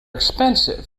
expensive